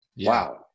Wow